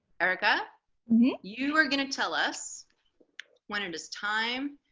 erika you are gonna tell us when it is time